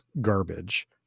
garbage